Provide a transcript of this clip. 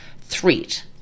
threat